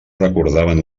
recordaven